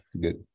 good